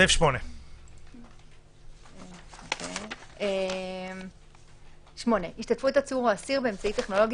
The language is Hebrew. סעיף 8. "השתתפות עצור או אסיר באמצעי טכנולוגי